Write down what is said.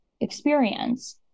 experience